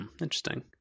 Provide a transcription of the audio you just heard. Interesting